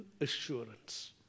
assurance